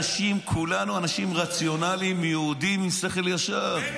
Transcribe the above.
כולנו אנשים רציונליים, יהודים עם שכל ישר.